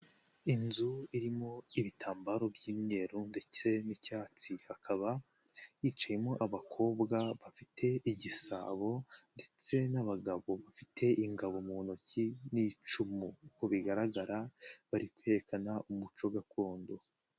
Inzu irimo ibitambaro by'imyeru ndetse n'icyatsi, hakaba hicimo abakobwa bafite igisabo, ndetse n'abagabo bafite ingabo mu ntoki n'icumu nk'uko bigaragara bari kwerekana umuco gakondo.